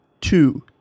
two